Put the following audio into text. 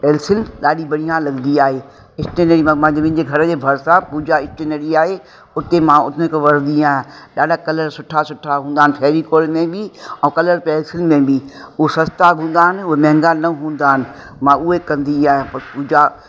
pencil ॾाढी बढ़िया लॻंदी आहे स्टेनरी में मां मुंहिंजे घर जे भरिसां पूजा स्टेशनरी आहे हुते मां हुन खां वठंदी आहियां ॾाढा कलर सुठा सुठा हूंदा आहिनि फेविकोल में बि और कलर पेंसिल में बि उहो सस्ता बि हूंदा आहिनि उहा महांगा बि न हूंदा आहिनि मां उहे कंदी आहियां पर मुंहिंजा